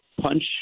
punch